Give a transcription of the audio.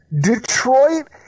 Detroit